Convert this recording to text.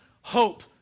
hope